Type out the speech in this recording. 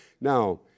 Now